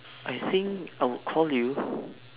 I think I would call you